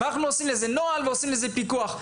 ואנחנו עושים לזה נוהל ועושים לזה פיקוח.